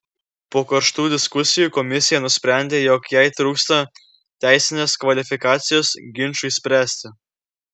po karštų diskusijų komisija nusprendė jog jai trūksta teisinės kvalifikacijos ginčui spręsti